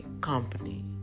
company